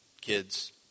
kids